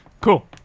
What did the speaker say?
Cool